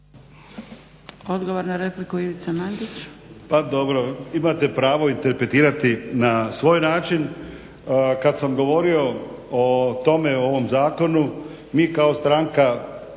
Odgovor na repliku, Ivica Mandić.